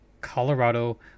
Colorado